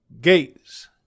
gates